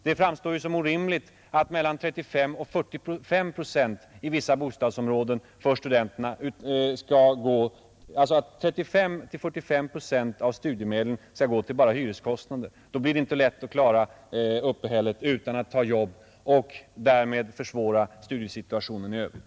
Det framstår som orimligt att i vissa bostadsområden 35—45 procent av studiemedlen skall gå till hyreskostnader — då blir det inte lätt att klara uppehället utan att ta jobb och därmed försvåra studiesituationen i övrigt.